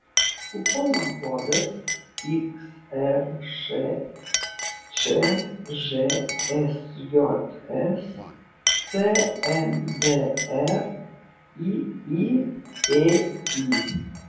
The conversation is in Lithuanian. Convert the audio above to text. kupono kodas xršč žsjs cmdr iiėi